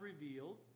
revealed